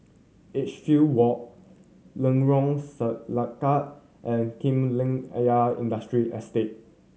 Edgefield Walk Lorong Selangat and Kolam Ayer Industrial Estate